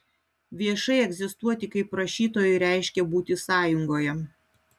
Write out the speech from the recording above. viešai egzistuoti kaip rašytojui reiškė būti sąjungoje